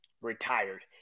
retired